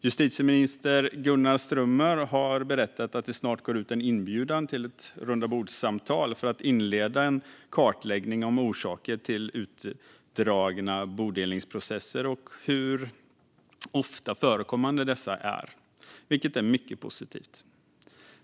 Justitieminister Gunnar Strömmer har berättat att det snart går ut en inbjudan till ett rundabordssamtal för att inleda en kartläggning om orsaker till utdragna bodelningsprocesser och hur ofta förekommande dessa är, vilket är mycket positivt.